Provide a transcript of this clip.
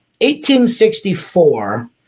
1864